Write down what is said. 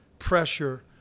pressure